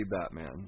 Batman